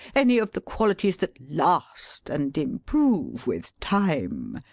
any of the qualities that last, and improve with time.